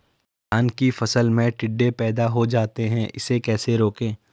धान की फसल में टिड्डे पैदा हो जाते हैं इसे कैसे रोकें?